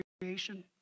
creation